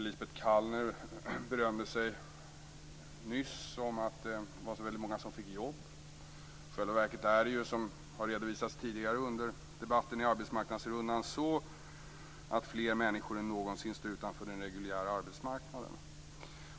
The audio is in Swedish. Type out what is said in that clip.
Lisbet Calner berömde sig nyss av att det var så väldigt många som fått jobb. I själva verket är det ju, som har redovisats tidigare under debatten i arbetsmarknadsrundan, så att fler människor än någonsin står utanför den reguljära arbetsmarknaden.